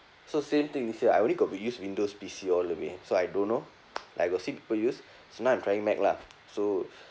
so same thing with you I only got we use windows P_C all the way so I don't know like I got see people use so now I'm trying mac lah so